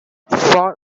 for